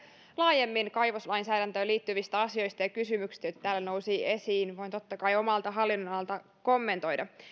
laajemmin kaivoslainsäädäntöön liittyviä asioita ja kysymyksiä joita täällä nousi esiin voin totta kai omalta hallinnonalaltani kommentoida on